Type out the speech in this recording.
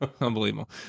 Unbelievable